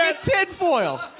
tinfoil